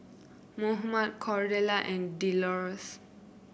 Mohammad Cordella and Delores